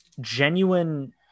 genuine